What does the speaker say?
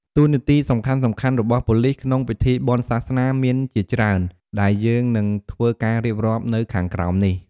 តួនាទីសំខាន់ៗរបស់ប៉ូលិសក្នុងពិធីបុណ្យសាសនាមានជាច្រើនដែលយើងនិងធ្វើការៀបរាប់នៅខាងក្រោមនេះ។